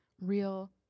real